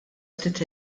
ftit